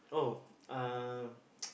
oh uh